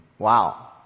Wow